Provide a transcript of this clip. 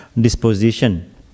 disposition